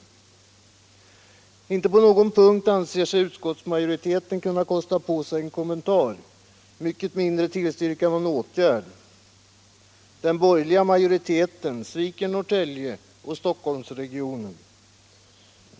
Inte på någon punkt anser sig utskottsmajoriteten kunna kosta på sig en kommentar, mycket mindre tillstyrka någon åtgärd. Den borgerliga majoriteten sviker Norrtälje och Stockholmsregionen.